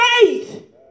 faith